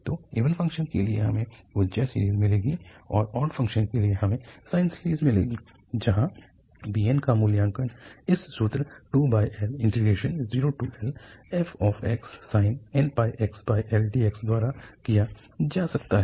तो even function के लिए हमें कोज्या सीरीज़ मिलेगी और ऑड फ़ंक्शन के लिए हमें साइन सीरीज़ मिलेगी जहाँ bn का मूल्यांकन इस सूत्र 2L0Lfxsin nπxL dxद्वारा किया जा सकता है